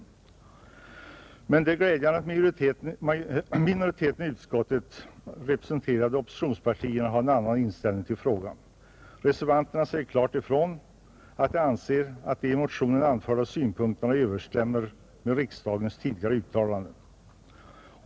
Det är emellertid glädjande att minoriteten i utskottet, representerande oppositionspartierna, har en annan inställning till frågan. Reservanterna säger klart ifrån att de anser att de i motionen anförda synpunkterna överensstämmer med riksdagens tidigare uttalande.